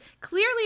clearly